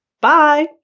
Bye